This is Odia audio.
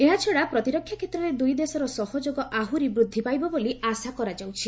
ଏହାଛଡା ପ୍ରତୀରକ୍ଷା କ୍ଷେତ୍ରରେ ଦୁଇଦେଶର ସହଯୋଗ ଆହୁରି ବୃଦ୍ଧି ପାଇବ ବୋଲି ଆଶ କରାଯାଉଛି